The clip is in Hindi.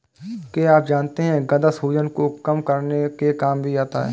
क्या आप जानते है गदा सूजन को कम करने के काम भी आता है?